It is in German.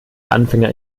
anfänger